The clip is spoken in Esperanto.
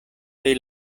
pri